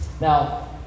Now